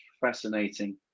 fascinating